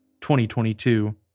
2022